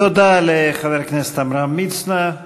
תודה לחבר הכנסת עמרם מצנע.